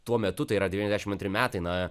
tuo metu tai yra devyniasdešim antri metai na